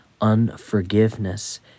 unforgiveness